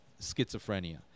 schizophrenia